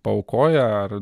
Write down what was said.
paaukoja ar